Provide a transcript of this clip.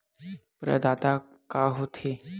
प्रदाता का हो थे?